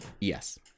Yes